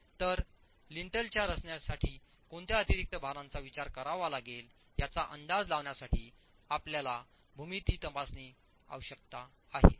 तर लिंटलच्या रचनेसाठी कोणत्या अतिरिक्त भारांचा विचार करावा लागेल याचा अंदाज लावण्यासाठी आपल्याला भूमिती तपासण्याची आवश्यकता आहे